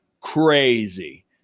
crazy